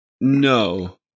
No